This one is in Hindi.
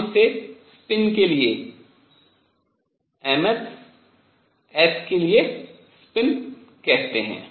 हम इसे स्पिन के लिए ms s के लिए स्पिन कहते हैं